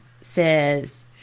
says